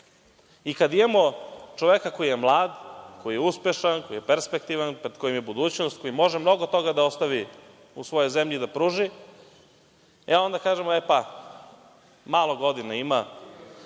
Kada imamo čoveka koji je mlad, koji je uspešan, koji je perspektivan, pred kojim je budućnost, koji može mnogo toga da ostavi u svojoj zemlji i da pruži, onda kažemo – malo godina ima.